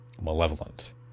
malevolent